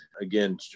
again